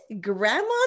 Grandma